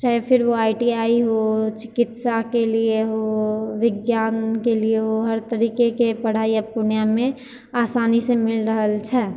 चाहे फिर वो आइ टी आइ हो चिकित्सा के लिए हो विज्ञानके लिए हो हर तरीकेके पढ़ाइ आब पूर्णियामे आसानीसँ मिल रहल छै